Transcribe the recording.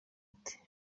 uti